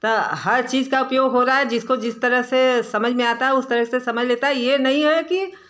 तो हर चीज़ का उपयोग हो रहा है जिसको जिस तरह से समझ में आता है उस तरह से समझ लेता है यह नहीं हैं कि